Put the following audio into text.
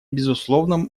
безусловном